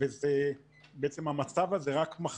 משום שבאמת זה שיש לי יותר שיתופי